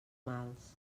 mals